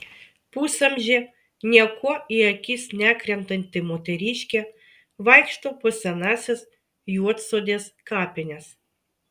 pusamžė niekuo į akis nekrentanti moteriškė vaikšto po senąsias juodsodės kapines